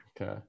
okay